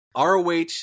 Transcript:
ROH